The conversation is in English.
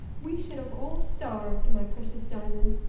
we should have all starved, my precious diamond,